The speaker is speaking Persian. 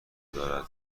دارد